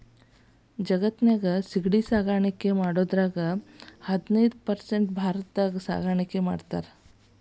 ಜಗತ್ತಿನ್ಯಾಗ ಸಿಗಡಿ ಸಾಕಾಣಿಕೆ ಮಾಡೋದ್ರಾಗ ಹದಿನೈದ್ ಪರ್ಸೆಂಟ್ ಭಾರತದಾಗ ಸಾಕಾಣಿಕೆ ಮಾಡ್ತಾರ